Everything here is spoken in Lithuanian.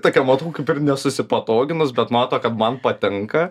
tokia matau kad dar nesusipatoginus bet mato kad man patinka